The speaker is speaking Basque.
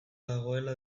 dagoela